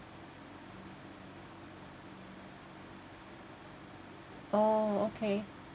orh okay